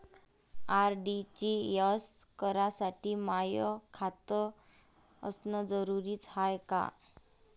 RTGS करासाठी माय खात असनं जरुरीच हाय का?